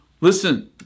Listen